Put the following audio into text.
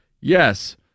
Yes